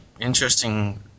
interesting